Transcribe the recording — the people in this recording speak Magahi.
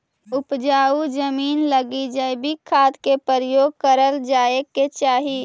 उपजाऊ जमींन लगी जैविक खाद के प्रयोग करल जाए के चाही